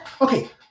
Okay